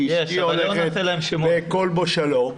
כי אשתי הולכת בכלבו שלום,